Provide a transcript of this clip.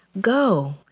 Go